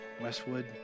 Westwood